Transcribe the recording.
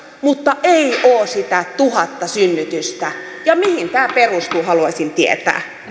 mutta ei ole niitä tuhatta synnytystä mihin tämä perustuu haluaisin tietää